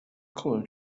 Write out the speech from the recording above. kołem